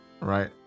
right